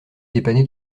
dépanner